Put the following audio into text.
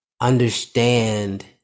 understand